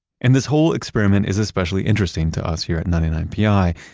and this whole experiment is especially interesting to us here at ninety nine pi,